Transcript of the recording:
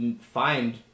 find